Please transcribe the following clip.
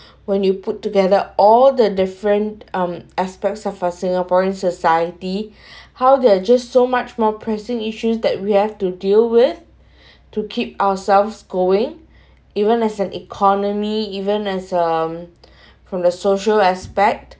when you put together all the different um aspects of our singaporean society how they're just so much more pressing issues that we have to deal with to keep ourselves going even as an economy even as um from the social aspect